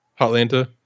Hotlanta